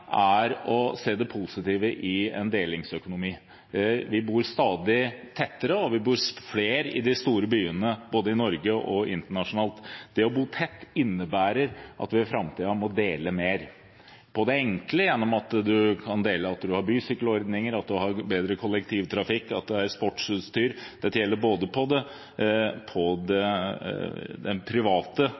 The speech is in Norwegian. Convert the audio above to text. er å se det positive i en delingsøkonomi. Vi bor stadig tettere, og vi bor flere i de store byene både i Norge og internasjonalt. Det å bo tett innebærer at vi i framtiden må dele mer – på det enkle gjennom bysykkelordninger og bedre kollektivtrafikk, og det gjelder sportsutstyr. Dette gjelder både den private